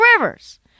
Rivers